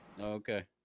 Okay